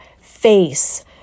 face